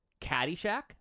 Caddyshack